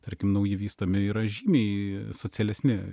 tarkim nauji vystomi yra žymiai socialesni